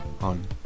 on